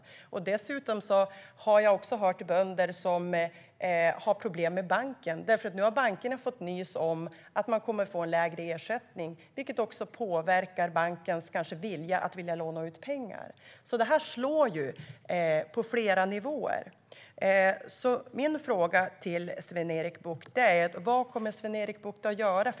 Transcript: Jag har dessutom hört att det finns bönder som har problem med bankerna eftersom bankerna har fått nys om att bönderna kommer att få lägre ersättning, vilket också påverkar bankernas vilja att låna ut pengar. Det här slår alltså på flera nivåer. Min fråga till Sven-Erik Bucht är vad han kommer att göra.